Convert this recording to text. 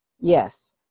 Yes